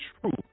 truth